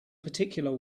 particular